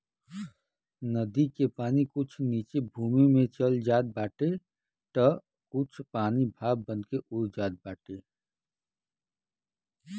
नदी के पानी कुछ नीचे भूमि में चल जात बाटे तअ कुछ पानी भाप बनके उड़ जात बाटे